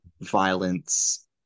violence